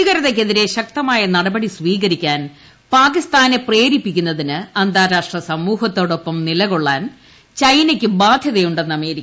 ഭീകരതയ്ക്കെതിരെ ശക്തമായ നടപടി സ്വീകരിക്കാൻ പാകിസ്ഥാനെ ന് പ്രേരിപ്പിക്കുന്നതിന് അന്താരാഷ്ട്ര സമൂഹത്തോടൊപ്പം നിലക്കൊള്ളാൻ ചൈനയ്ക്ക് ബാധ്യതയുടെ ന്ന് അമേരിക്ക